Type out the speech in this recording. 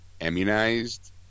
immunized